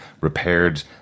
repaired